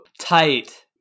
tight